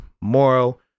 moro